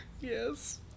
yes